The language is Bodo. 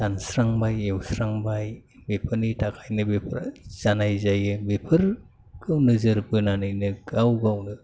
दानस्रांबाय एवस्रांबाय बेफोरनि थाखायनो बेफोर जानाय जायि बेफोरखौ नोजोर बोनानैनो गाव गावनो